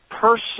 person